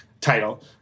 title